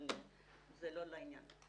אבל זה לא לעניין.